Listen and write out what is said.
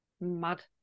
mad